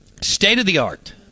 state-of-the-art